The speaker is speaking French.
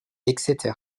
etc